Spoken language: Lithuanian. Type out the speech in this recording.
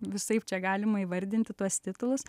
visaip čia galima įvardinti tuos titulus